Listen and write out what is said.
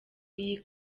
iyi